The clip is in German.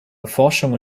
erforschung